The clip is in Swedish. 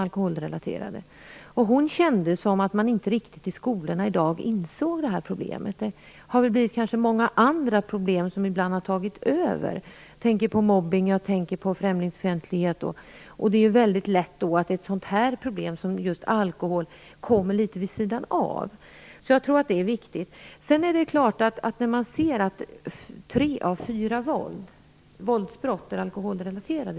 Hon kände det som att man i skolorna i dag inte riktigt inser detta problem. Det har blivit så många andra problem, som ibland kanske har tagit över. Jag tänker på mobbning och främlingsfientlighet t.ex. Det är lätt att ett sådant problem som alkoholproblemet kommer litet vid sidan om. Jag tror att det är viktigt. Tre av fyra våldsbrott bland ungdomar är alkoholrelaterade.